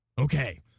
Okay